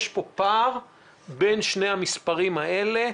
יש פער בין שני המספרים האלה,